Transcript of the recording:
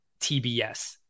TBS